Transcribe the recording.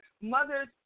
mothers